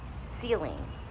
ceiling